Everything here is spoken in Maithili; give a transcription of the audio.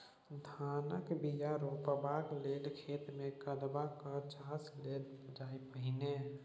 धानक बीया रोपबाक लेल खेत मे कदबा कए चास देल जाइ छै पहिने